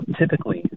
typically